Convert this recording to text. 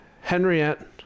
Henriette